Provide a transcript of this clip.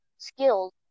skills